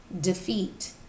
defeat